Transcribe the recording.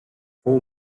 fou